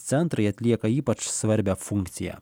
centrai atlieka ypač svarbią funkciją